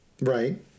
Right